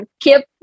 keep